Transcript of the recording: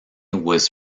was